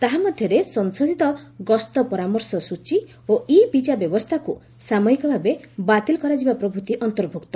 ତାହାମଧ୍ୟରେ ସଂଶୋଧିତ ଗସ୍ତ ପରାମର୍ଶ ସ୍ୱଚୀ ଓ ଇ ବିଜା ବ୍ୟବସ୍ଥାକ୍ର ସାମୟିକ ଭାବେ ବାତିଲ କରାଯିବା ପ୍ରଭୂତି ଅନ୍ତର୍ଭକ୍ତ